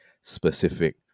specific